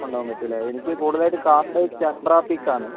കൊണ്ടുപോകാൻ പറ്റും അല്ലെ എനിക്ക് കൂടുതലായിട്ട് കാണേണ്ടത് ചെമ്പ്ര പീക്ക് ആണ്